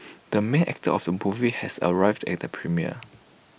the main actor of some movie has arrived at the premiere